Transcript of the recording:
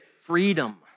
freedom